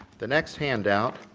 the next handout